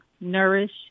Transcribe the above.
nourish